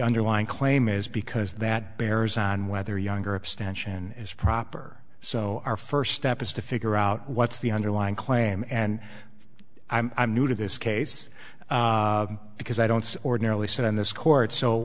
underlying claim is because that bears on whether younger abstention is proper so our first step is to figure out what's the underlying claim and i'm new to this case because i don't ordinarily sit on this court so